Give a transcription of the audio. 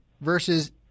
versus